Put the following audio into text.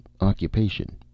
occupation